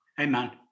Amen